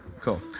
Cool